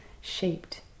shaped